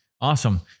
Awesome